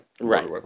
Right